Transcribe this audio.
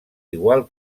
igual